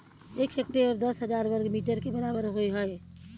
एक हेक्टेयर दस हजार वर्ग मीटर के बराबर होय हय